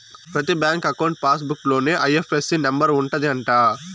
ప్రతి bank account passbook లోనే IFSC number ఉంటది అంట